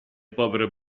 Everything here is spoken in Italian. povero